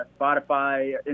spotify